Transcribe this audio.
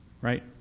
right